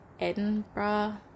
Edinburgh